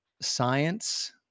science